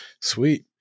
sweet